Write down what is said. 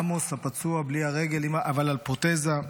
עמוס הפצוע, בלי הרגל אבל על פרוטזה,